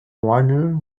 warner